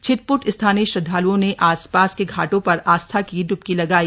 छिटप्ट स्थानीय श्रद्वाल्ओं ने आसपास के घाटों पर आस्था की इबकी लगाई